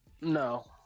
No